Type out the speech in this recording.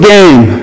Game